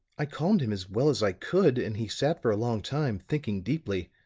i calmed him as well as i could, and he sat for a long time, thinking deeply.